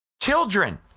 Children